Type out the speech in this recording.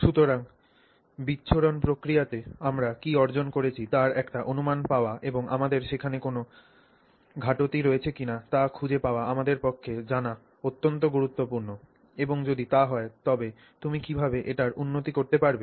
সুতরাং বিচ্ছুরণ প্রক্রিয়াতে আমরা কী অর্জন করেছি তার একটি অনুমান পাওয়া এবং আমাদের সেখানে কোনও ঘাটতি রয়েছে কিনা তা খুঁজে পাওয়া আমাদের পক্ষে জানা অত্যন্ত গুরুত্বপূর্ণ এবং যদি তা হয় তবে তুমি কীভাবে এটির উন্নতি করতে পারবে